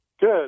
Good